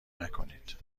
نکنید